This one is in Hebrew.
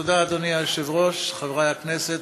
תודה, אדוני היושב-ראש, חברי הכנסת,